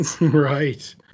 Right